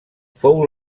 fou